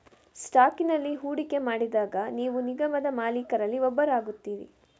ಸ್ಟಾಕಿನಲ್ಲಿ ಹೂಡಿಕೆ ಮಾಡಿದಾಗ ನೀವು ನಿಗಮದ ಮಾಲೀಕರಲ್ಲಿ ಒಬ್ಬರಾಗುತ್ತೀರಿ